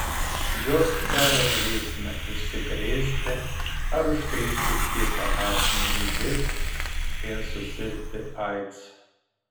jos kelia grėsmę užsikrėsti ar užkrėsti kitą asmenį živ ir susirgti aids